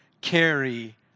carry